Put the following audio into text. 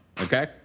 Okay